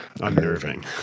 Unnerving